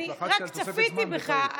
אני רק צפיתי בך,